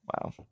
Wow